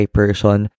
person